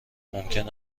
ممکن